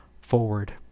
forward